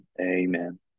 Amen